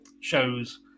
shows